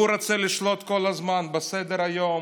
הוא רוצה לשלוט כל הזמן בסדר-היום,